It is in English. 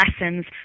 lessons